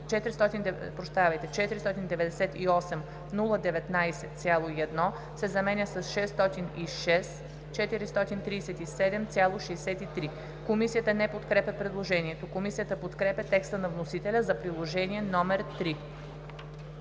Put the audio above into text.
„498 019,1“ се заменя с „606 437,63“.“ Комисията не подкрепя предложението. Комисията подкрепя текста на вносителя за Приложение № 3.